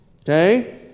Okay